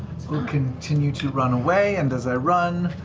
continue to run away and as i run,